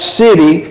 city